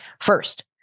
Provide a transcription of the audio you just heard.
First